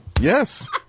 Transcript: Yes